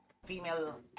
Female